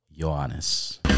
Johannes